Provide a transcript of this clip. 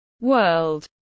world